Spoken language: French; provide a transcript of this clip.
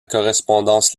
correspondance